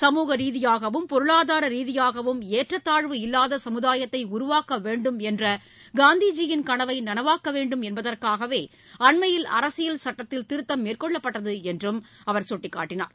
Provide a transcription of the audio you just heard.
சமூக ரீதியாகவும் பொருளாதார ரீதியாகவும் ஏற்றத்தாழ்வு இல்லாத சமுதாயத்தை உருவாக்க வேண்டும் என்ற காந்திஜியின் கனவை நனவாக்க வேண்டும் என்பதற்காகவே அண்மையில் அரசியல் சட்டத்தில் திருத்தம் மேற்கொள்ளப்பட்டது என்றும் அவர் சுட்டிகாட்டினார்